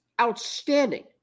outstanding